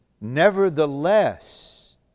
Nevertheless